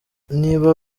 niba